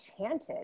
chanted